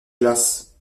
glace